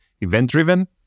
event-driven